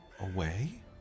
away